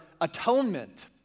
atonement